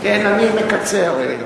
כן, אני מקצר.